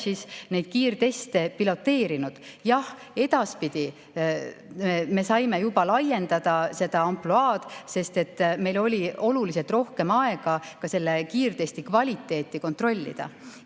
neid kiirteste piloteerinud. Jah, edaspidi me saime juba laiendada seda ampluaad, sest meil oli oluliselt rohkem aega ka selle kiirtesti kvaliteeti kontrollida.